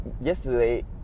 yesterday